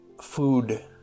food